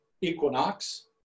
equinox